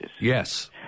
Yes